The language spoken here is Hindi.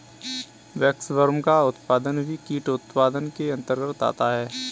वैक्सवर्म का उत्पादन भी कीट उत्पादन के अंतर्गत आता है